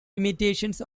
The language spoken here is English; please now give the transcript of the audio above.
imitations